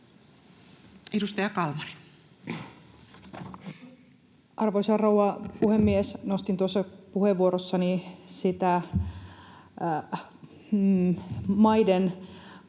Edustaja Kalmari. Arvoisa rouva puhemies! Nostin tuossa puheenvuorossani sitä maiden